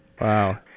Wow